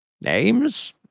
Names